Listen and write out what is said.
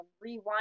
rewind